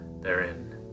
therein